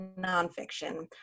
nonfiction